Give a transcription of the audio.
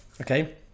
okay